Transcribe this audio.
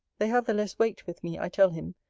they have the less weight with me, i tell him,